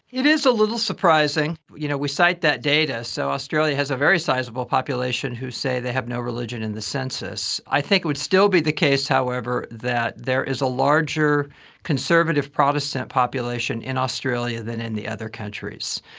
it is a little surprising. you know, we cite that data, so australia has a very sizeable population who say they have no religion in the census. i think it would still be the case however that there is a larger conservative protestant population in australia than in the other countries.